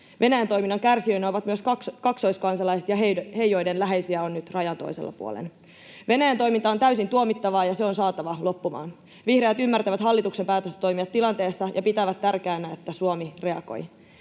Venäjän toiminnan kärsijöinä ovat myös kaksoiskansalaiset ja he, joiden läheisiä on nyt rajan toisella puolen. Venäjän toiminta on täysin tuomittavaa, ja se on saatava loppumaan. Vihreät ymmärtävät hallituksen päätöstä toimia tilanteessa ja pitävät tärkeänä, että Suomi reagoi.